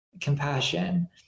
compassion